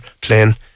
playing